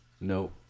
No